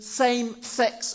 same-sex